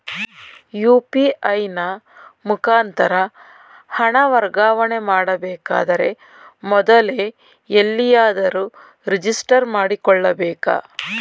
UPI ನ ಮುಖಾಂತರ ಹಣ ವರ್ಗಾವಣೆ ಮಾಡಬೇಕಾದರೆ ಮೊದಲೇ ಎಲ್ಲಿಯಾದರೂ ರಿಜಿಸ್ಟರ್ ಮಾಡಿಕೊಳ್ಳಬೇಕಾ?